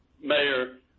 mayor